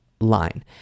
line